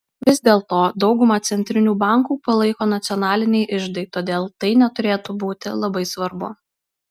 vis dėlto daugumą centrinių bankų palaiko nacionaliniai iždai todėl tai neturėtų būti labai svarbu